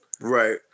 Right